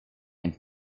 and